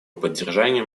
поддержанию